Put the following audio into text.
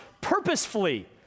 purposefully